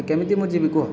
କେମିତି ମୁଁ ଯିବି କହ